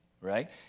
right